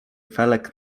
felek